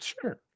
Sure